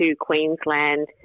Queensland